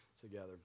together